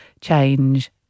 change